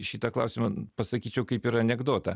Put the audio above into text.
šitą klausimą pasakyčiau kaip ir anekdotą